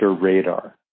radar